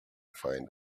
find